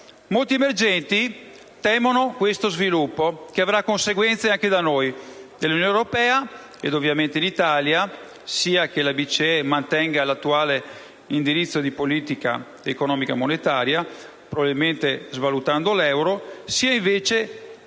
Paesi emergenti temono questo sviluppo, che avrà conseguenze anche da noi, nell'Unione europea ed ovviamente in Italia, sia che la Banca centrale europea (BCE) mantenga l'attuale indirizzo di politica economica monetaria, probabilmente svalutando l'euro, sia invece